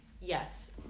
Yes